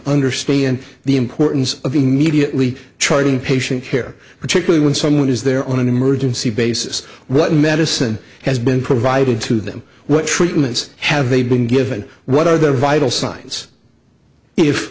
understand the importance of immediately tried in patient care particularly when someone is there on an emergency basis what medicine has been provided to them what treatments have they been given what are their vital signs if